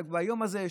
ביום הזה,